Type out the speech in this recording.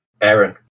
Aaron